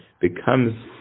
becomes